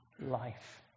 life